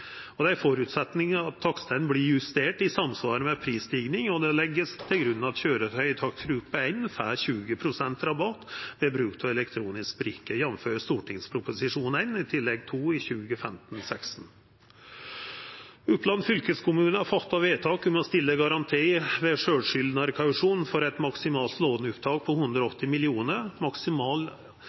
Det er ein føresetnad at takstane vert justerte i samsvar med prisstigninga. Det vert lagt til grunn at køyretøy i takstgruppe 1 får 20 pst. rabatt ved bruk av elektronisk brikke, jf. Prop. 1 S Tillegg 2 for 2015–2016. Oppland fylkeskommune har fatta vedtak om å stilla garanti ved sjølvskyldnarkausjon for eit maksimalt låneopptak på 180 mill. kr. Maksimal